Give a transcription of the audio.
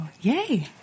Yay